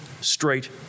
straight